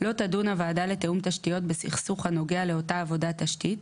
לא תדון הוועדה לתיאום תשתיות בסכסוך הנוגע לאותה עבודת תשתית,